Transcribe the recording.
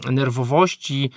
nerwowości